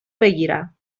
بگیرم